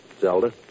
Zelda